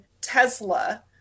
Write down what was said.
Tesla